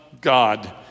God